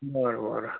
बरं बरं